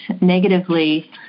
negatively